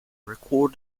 record